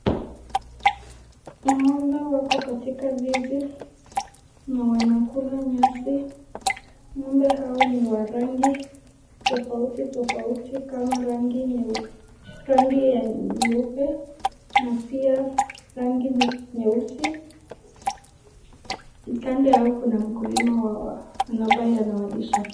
Ng'ombe wako katika zizi na wanakula nyasi. ng'ombe hao ni wa rangi tofauti tofauti, kama rangi ya nyeupe na pia rangi nyeusi kando yao kuna mkulima ambaye anawalisha.